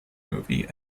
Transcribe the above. movie